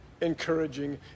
encouraging